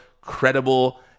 credible